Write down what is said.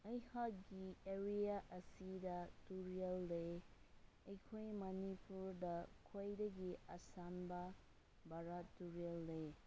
ꯑꯩꯍꯥꯛꯀꯤ ꯑꯦꯔꯤꯌꯥ ꯑꯁꯤꯗ ꯇꯨꯔꯦꯜ ꯂꯩ ꯑꯩꯈꯣꯏ ꯃꯅꯤꯄꯨꯔꯗ ꯈ꯭ꯋꯥꯏꯗꯒꯤ ꯑꯁꯥꯡꯕ ꯕꯔꯥꯛ ꯇꯨꯔꯦꯜ ꯂꯩ